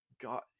God